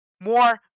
more